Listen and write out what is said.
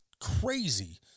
crazy